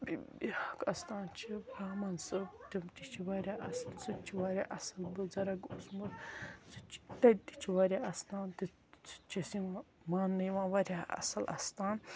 بیاکھ آستان چھُ رَحمان صٲب تِم تہِ چھِ واریاہ اَصٕل سُہ تہِ چھُ واریاہ اَصٕل بٕزَرمگ اوسمُت سُہ تہِ چھُ تَتہِ چھُ واریاہ اَستان سُہ تہِ چھُ اسہِ نِوان ماننہٕ یِوان واریاہ اَصٕل اَستان